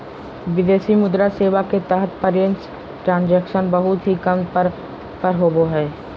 विदेशी मुद्रा सेवा के तहत फॉरेन ट्रांजक्शन बहुत ही कम दर पर होवो हय